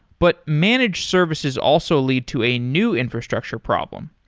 but managed services also lead to a new infrastructure problem.